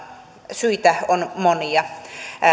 syitä on monia